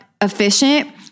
efficient